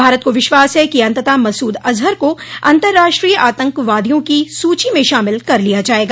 भारत को विश्वास है कि अंततः मसूद अजहर को अंतर्राष्ट्रीय आतंकवादियों की सूची में शामिल कर लिया जायेगा